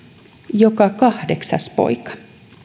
joka kahdeksas poika